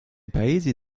paesi